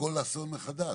כל אסון מחדש.